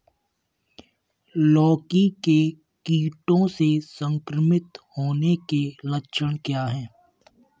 लौकी के कीड़ों से संक्रमित होने के लक्षण क्या हैं?